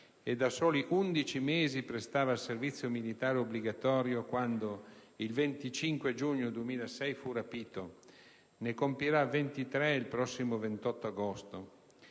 e da soli undici mesi prestava il servizio militare obbligatorio quando, il 25 giugno 2006, fu rapito. Ne compirà 23 il prossimo 28 agosto.